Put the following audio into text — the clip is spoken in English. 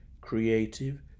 creative